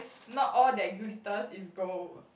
not all that glitters is gold